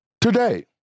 today